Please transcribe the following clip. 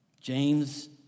James